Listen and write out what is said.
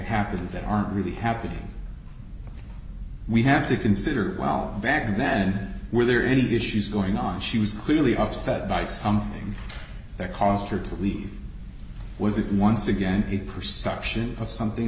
happen that aren't really happening we have to consider well back then were there any issues going on she was clearly upset by something that caused her to leave was it once again the perception of something